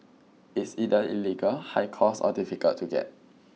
it's either illegal high cost or difficult to get